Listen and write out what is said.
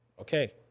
okay